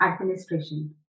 administration